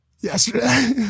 Yesterday